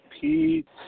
Pete